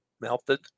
melted